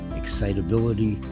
excitability